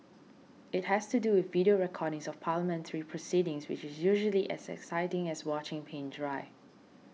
it has to do with video recordings of parliamentary proceedings which is usually as exciting as watching paint dry